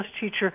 teacher